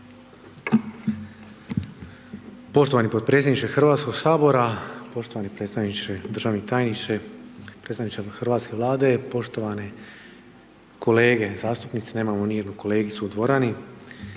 Poštovani potpredsjedniče HS-a, poštovani predstavniče, državni tajniče, predstavniče hrvatske Vlade, poštovane kolege zastupnici, nemamo nijednu kolegicu u dvorani.